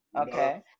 Okay